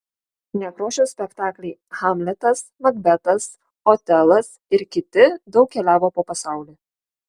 nekrošiaus spektakliai hamletas makbetas otelas ir kiti daug keliavo po pasaulį